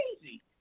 crazy